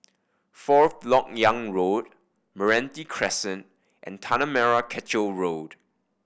Fourth Lok Yang Road Meranti Crescent and Tanah Merah Kechil Road